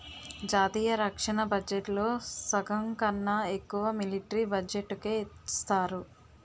జాతీయ రక్షణ బడ్జెట్లో సగంకన్నా ఎక్కువ మిలట్రీ బడ్జెట్టుకే ఇస్తారు